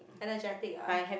energetic ah